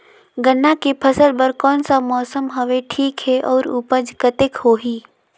गन्ना के फसल बर कोन सा मौसम हवे ठीक हे अउर ऊपज कतेक होही?